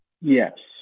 Yes